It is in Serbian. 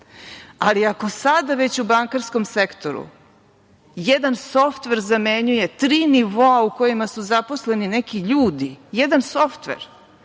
ali ako sada već u bankarskom sektoru jedan softver zamenjuje tri nivoa u kojima su zaposleni neki ljudi, jedan softver,